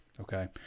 Okay